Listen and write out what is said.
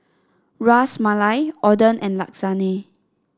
Ras Malai Oden and Lasagne